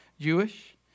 Jewish